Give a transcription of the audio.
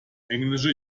englische